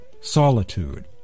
solitude